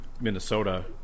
Minnesota